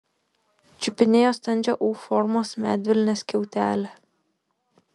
čiupinėjo standžią u formos medvilnės skiautelę